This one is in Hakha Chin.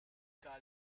kaa